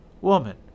Woman